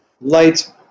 light